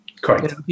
Correct